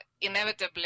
inevitably